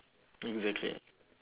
exactly